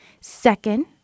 Second